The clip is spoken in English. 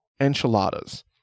enchiladas